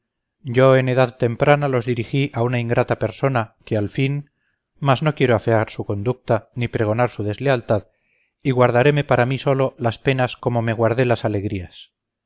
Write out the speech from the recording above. yo en edad temprana los dirigí a una ingrata persona que al fin mas no quiero afear su conducta ni pregonar su deslealtad y guardareme para mí solo las penas como me guardé las alegrías